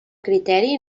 criteri